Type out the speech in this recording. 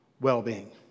well-being